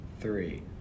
three